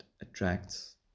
attracts